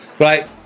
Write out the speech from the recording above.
right